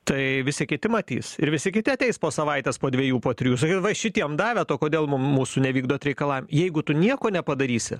tai visi kiti matys ir visi kiti ateis po savaitės po dvejų po trijų sakys va šitiems davėt o kodėl mum mūsų nevykdot reikalavimų jeigu tu nieko nepadarysi